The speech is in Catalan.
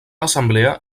assemblea